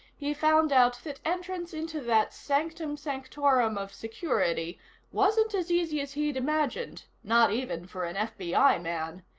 he found out that entrance into that sanctum sanctorum of security wasn't as easy as he'd imagined not even for an fbi man.